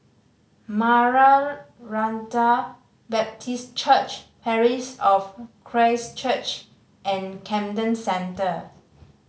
Maranatha Baptist Church Parish of Christ Church and Camden Centre